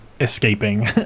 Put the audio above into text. escaping